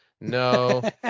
no